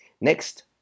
Next